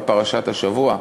על פרשת השבוע.